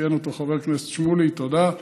ציין אותו חבר הכנסת שמולי, תודה.